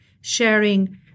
sharing